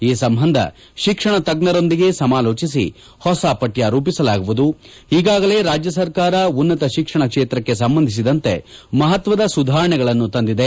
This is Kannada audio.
ಈ ಸಂಬಂಧ ಶಿಕ್ಷಣ ತಜ್ಜರೊಂದಿಗೆ ಸಮಾಲೋಚಿಸಿ ಹೊಸ ಪಠ್ಯ ರೂಪಿಸಲಾಗುವುದು ಈಗಾಗಲೇ ರಾಜ್ಯ ಸರ್ಕಾರ ಉನ್ನತ ಶಿಕ್ಷಣ ಕ್ಷೇತ್ರಕ್ಕೆ ಸಂಬಂಧಿಸಿದಂತೆ ಮಪತ್ವದ ಸುಧಾರಣೆಗಳನ್ನು ತಂದಿದೆ